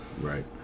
Right